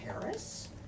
Paris